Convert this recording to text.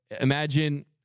Imagine